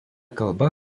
kalba